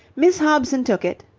miss hobson took it,